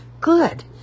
good